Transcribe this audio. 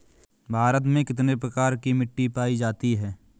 भारत में कितने प्रकार की मिट्टी पाई जाती है?